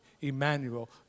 Emmanuel